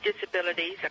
disabilities